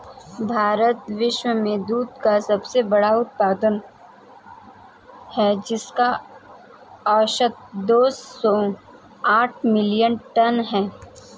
भारत विश्व में दुग्ध का सबसे बड़ा उत्पादक है, जिसका औसत दो सौ साठ मिलियन टन है